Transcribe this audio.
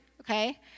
okay